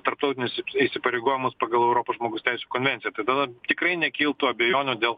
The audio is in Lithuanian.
tarptautinis įsipareigojimus pagal europos žmogaus teisių konvenciją tai tada tikrai nekiltų abejonių dėl